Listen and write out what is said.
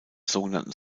sogenannten